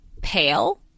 pale